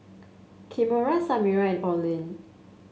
Kimora Samira and Orlin